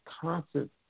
constant